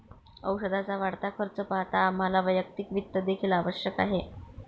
औषधाचा वाढता खर्च पाहता आम्हाला वैयक्तिक वित्त देखील आवश्यक आहे